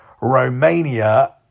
Romania